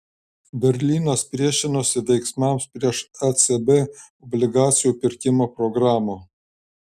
berlynas priešinosi veiksmams prieš ecb obligacijų pirkimo programą